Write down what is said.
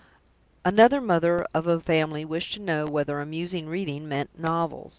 another mother of a family wished to know whether amusing reading meant novels.